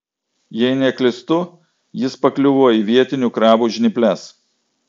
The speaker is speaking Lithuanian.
jei neklystu jis pakliuvo į vietinių krabų žnyples